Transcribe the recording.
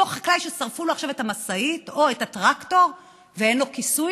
אותו חקלאי ששרפו לו עכשיו את המשאית או את הטרקטור ואין לו כיסוי?